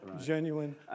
genuine